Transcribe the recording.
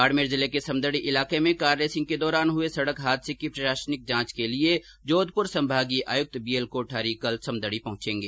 बाड़मेर जिले के समदड़ी इलाके में कार रेसिंग के दौरान हये सड़क हादसे की प्रशासनिक जांच के लिये जोधपुर संभागीय आयुक्त बी एल कोठारी कल समदड़ी पहुंचेंगे